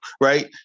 Right